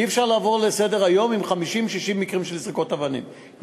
אי-אפשר לעבור לסדר-היום עם 50 60 מקרים של זריקות אבנים,